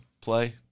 play